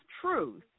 truth